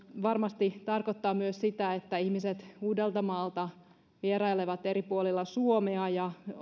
varmasti tarkoittaa myös sitä että ihmiset uudeltamaalta vierailevat eri puolilla suomea ja